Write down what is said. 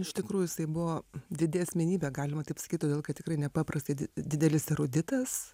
iš tikrųjų jisai buvo didi asmenybė galima taip sakyt todėl kad tikrai nepaprastai didelis eruditas